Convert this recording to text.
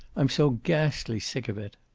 i'm so ghastly sick of it.